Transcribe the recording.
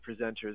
presenters